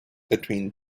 between